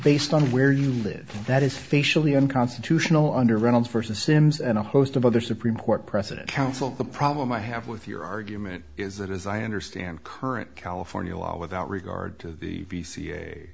based on where you live that is facially unconstitutional under reynolds vs sims and a host of other supreme court precedent counsel the problem i have with your argument is that as i understand current california law without regard to the